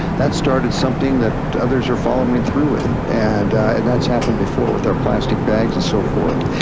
that started something that others are following through with and and that's happened before with our plastic bags and so forth.